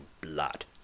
blood